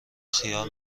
خیار